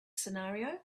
scenario